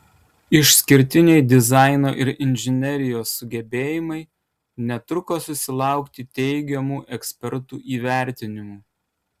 išskirtiniai dizaino ir inžinerijos sugebėjimai netruko susilaukti teigiamų ekspertų įvertinimų